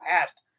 past